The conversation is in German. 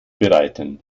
bereiten